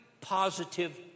positive